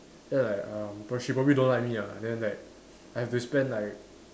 then like um but she probably don't like me ah then like I have to spend like